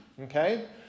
Okay